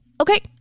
Okay